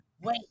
wait